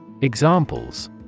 Examples